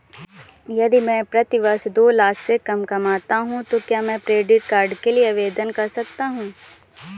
यदि मैं प्रति वर्ष दो लाख से कम कमाता हूँ तो क्या मैं क्रेडिट कार्ड के लिए आवेदन कर सकता हूँ?